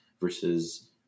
versus